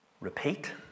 repeat